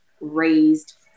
raised